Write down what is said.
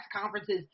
conferences